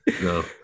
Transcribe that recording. No